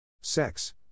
Sex